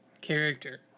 character